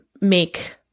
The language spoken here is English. make